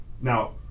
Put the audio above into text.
Now